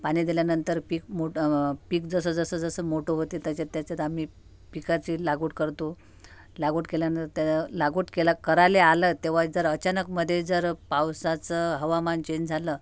पाणी दिल्यानंतर पीक मोठं पीक जसं जसं जसं मोठं होतं त्याच्यात त्याच्यात आम्ही पिकाची लागवड करतो लागवड केल्यान त लागवड केल्या करायले आलं तेव्हा जर अचानक मधे जर पावसाचं हवामान चेंज झालं